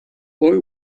boy